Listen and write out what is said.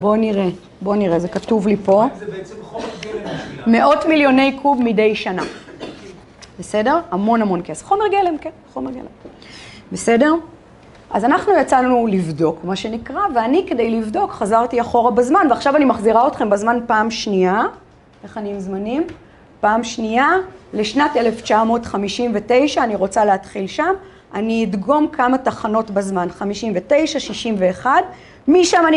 בואו נראה, בואו נראה, זה כתוב לי פה, מאות מיליוני קוב מדי שנה, בסדר? המון המון כסף, חומר גלם, כן, חומר גלם, בסדר? אז אנחנו יצאנו לבדוק, מה שנקרא, ואני כדי לבדוק חזרתי אחורה בזמן, ועכשיו אני מחזירה אתכם בזמן פעם שנייה, איך אני עם זמנים? פעם שנייה, לשנת 1959, אני רוצה להתחיל שם, אני אדגום כמה תחנות בזמן, 59, 61, משם אני?